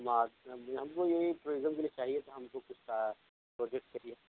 ہم کو یہی ٹورازم کے لیے چاہیے تھا ہم کو کچھ کا پروجیکٹ کے لیے